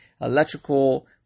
electrical